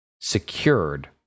secured